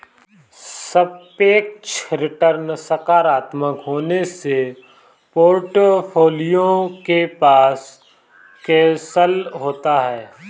सापेक्ष रिटर्न सकारात्मक होने से पोर्टफोलियो के पास कौशल होता है